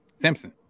Simpson